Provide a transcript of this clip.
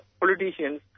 politicians